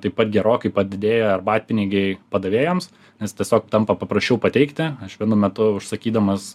taip pat gerokai padidėja arbatpinigiai padavėjams nes tiesiog tampa paprasčiau pateikti aš vienu metu užsakydamas